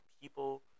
people